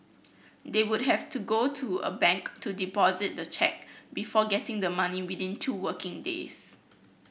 they would have to go to a bank to deposit the cheque before getting the money within two working days